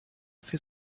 für